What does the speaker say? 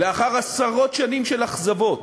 לאחר עשרות שנים של אכזבות,